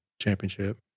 championship